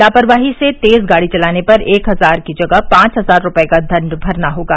लापरवाही से तेज गाड़ी चलाने पर एक हज़ार की जगह पांच हजार रुपये का दंड भरना होगा